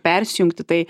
persijungti tai